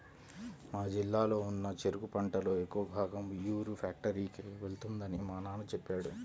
మా జిల్లాలో ఉన్న చెరుకు పంటలో ఎక్కువ భాగం ఉయ్యూరు ఫ్యాక్టరీకే వెళ్తుందని మా నాన్న చెప్పాడు